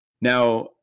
Now